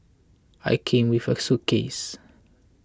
I came with a suitcase